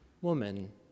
Woman